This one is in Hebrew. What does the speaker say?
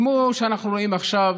כמו שאנחנו רואים עכשיו,